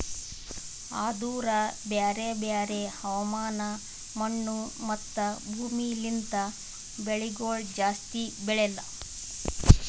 ಆದೂರು ಬ್ಯಾರೆ ಬ್ಯಾರೆ ಹವಾಮಾನ, ಮಣ್ಣು, ಮತ್ತ ಭೂಮಿ ಲಿಂತ್ ಬೆಳಿಗೊಳ್ ಜಾಸ್ತಿ ಬೆಳೆಲ್ಲಾ